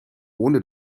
ohne